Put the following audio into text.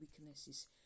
weaknesses